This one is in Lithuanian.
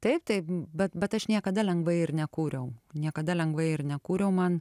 taip tai bet bet aš niekada lengvai ir nekūriau niekada lengvai ir nekūriau man